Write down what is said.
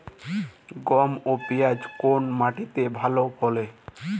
গম এবং পিয়াজ কোন মাটি তে ভালো ফলে?